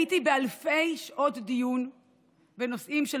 הייתי באלפי שעות דיון בנושאים של